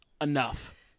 enough